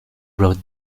wrote